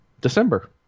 December